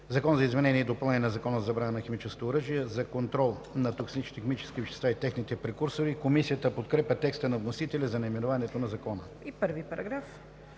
„Закон за изменение и допълнение на Закона за забрана на химическите оръжия за контрол на токсичните химически вещества и техните прекурсори“.“ Комисията подкрепя текста на вносителя за наименованието на Закона. ПРЕДСЕДАТЕЛ